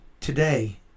Today